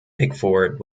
pickford